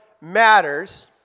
matters